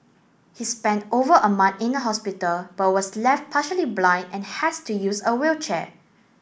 he spent over a month in a hospital but was left partially blind and has to use a wheelchair